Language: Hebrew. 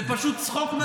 זה פשוט צחוק מעבודה.